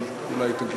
אבל אולי היא תגיע.